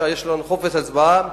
שיש לנו חופש הצבעה,